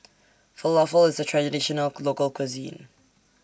Falafel IS A Traditional Local Cuisine